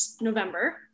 november